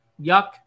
yuck